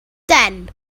then